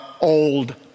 Old